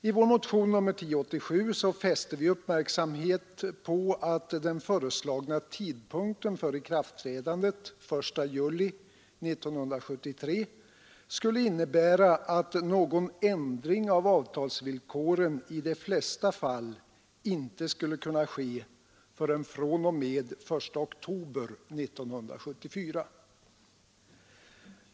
I vår motion 1973:1087 fäste vi uppmärksamheten på att den föreslagna tidpunkten för ikraftträdandet, den 1 juli 1973, skulle innebära att någon ändring av avtalsvillkoren i de flesta fall inte skulle kunna ske förrän fr.o.m. den 1 oktober 1974.